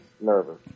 nervous